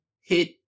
hit